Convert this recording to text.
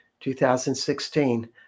2016